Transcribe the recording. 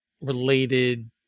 related